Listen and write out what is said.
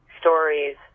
stories